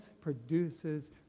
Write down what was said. produces